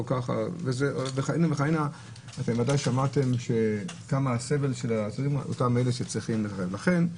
בוודאי שמעתם על הסבל של האסירים שצריכים להגיע לדיונים.